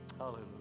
Hallelujah